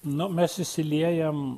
na mes įsiliejam